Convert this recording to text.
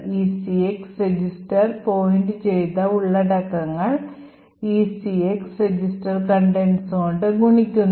ECX register point ചെയ്ത ഉള്ളടക്കങ്ങൾ ECX register contents കൊണ്ട് ഗുണിക്കുന്നു